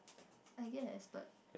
I guess but